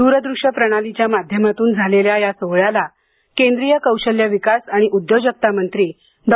दूरदृष्य प्रणालीच्या माध्यमातून झालेल्या या सोहळ्याला केंद्रीय कौशल्य विकास आणि उद्योजकता मंत्री डॉ